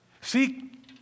Seek